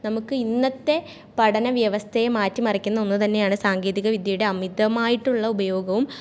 നമുക്ക് ഇന്നത്തെ പഠന വ്യവസ്ഥയെ മാറ്റി മറിക്കുന്ന ഒന്നു തന്നെയാണ് സാങ്കേതിക വിദ്യയുടെ അമിതമായിട്ടുള്ള ഉപയോഗവും